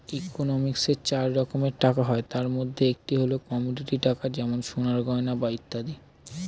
ইকোনমিক্সে চার রকম টাকা হয়, তাদের মধ্যে একটি হল কমোডিটি টাকা যেমন সোনার গয়না বা ইত্যাদি